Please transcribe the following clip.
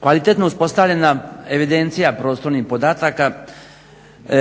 Kvalitetno uspostavljena evidencija prostornih podataka